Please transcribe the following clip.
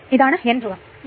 അതിനാൽ R 1 1 0